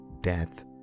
death